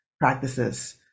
practices